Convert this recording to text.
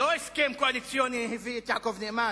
לא הסכם קואליציוני הביא את יעקב נאמן?